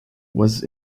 was